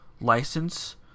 license